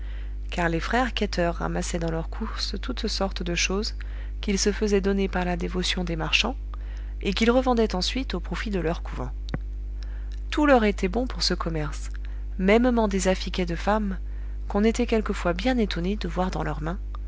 car les frères quêteurs ramassaient dans leurs courses toutes sortes de choses qu'ils se faisaient donner par la dévotion des marchands et qu'ils revendaient ensuite au profit de leur couvent tout leur était bon pour ce commerce mêmement des affiquets de femme qu'on était quelquefois bien étonné de voir dans leurs mains